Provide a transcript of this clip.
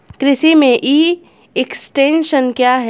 कृषि में e extension क्या है?